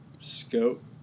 scope